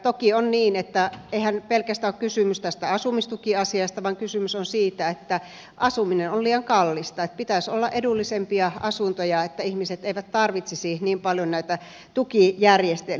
toki on niin että eihän pelkästään ole kysymys tästä asumistukiasiasta vaan kysymys on siitä että asuminen on liian kallista että pitäisi olla edullisempia asuntoja että ihmiset eivät tarvitsisi niin paljon näitä tukijärjestelmiä